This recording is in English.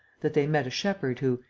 that they met a shepherd who,